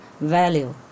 value